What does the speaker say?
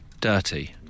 Dirty